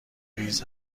ریز